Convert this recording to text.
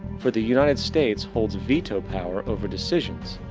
for the united states holds veto-power over decisions,